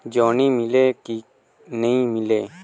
जोणी मीले कि नी मिले?